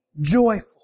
joyful